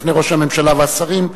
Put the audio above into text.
בפני ראש הממשלה והשרים,